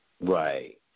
Right